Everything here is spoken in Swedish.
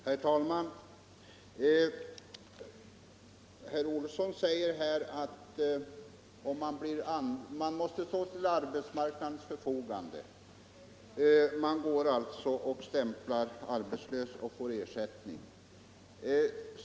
Herr talman! Herr Olsson i Stockholm säger att man måste stå till arbetsmarknadens förfogande. Man är alltså arbetslös, går och stämplar och får ersättning.